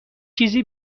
چیزی